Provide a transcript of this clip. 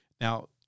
Now